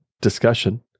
discussion